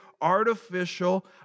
artificial